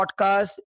podcast